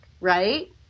right